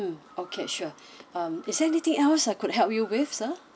mm okay sure um is there anything else I could help you with sir